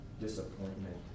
Disappointment